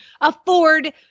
afford